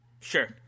Sure